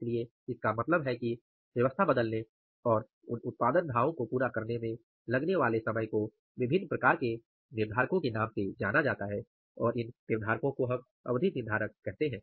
इसलिए इसका मतलब है कि व्यवस्था बदलने और उन उत्पादन धावों को पूरा करने में लगने वाले समय को विभिन्न प्रकार के निर्धारकों के नाम से जाना जाता है और इन निर्धारकों को हम अवधि निर्धारक कहते हैं